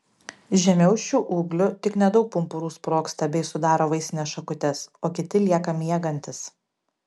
žemiau šių ūglių tik nedaug pumpurų sprogsta bei sudaro vaisines šakutes o kiti lieka miegantys